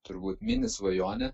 turbūt mini svajonė